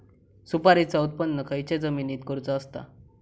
सुपारीचा उत्त्पन खयच्या जमिनीत करूचा असता?